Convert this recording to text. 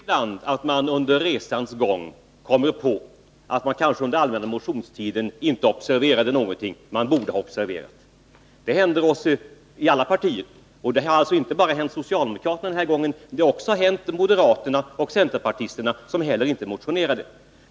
Fru talman! Det händer ibland under resans gång att man kommer på att man under den allmänna motionstiden försummade att observera något som man borde ha observerat. Det händer oss i alla partier, och det har den här gången hänt inte bara socialdemokraterna utan också moderaterna och centerpartisterna, som inte heller motionerade.